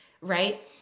right